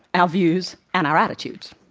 our views, and our attitudes.